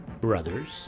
brothers